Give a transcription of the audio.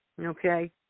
Okay